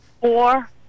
four